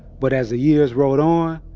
but, as the years rolled on,